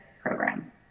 program